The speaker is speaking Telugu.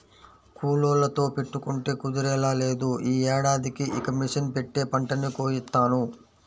కూలోళ్ళతో పెట్టుకుంటే కుదిరేలా లేదు, యీ ఏడాదికి ఇక మిషన్ పెట్టే పంటని కోయిత్తాను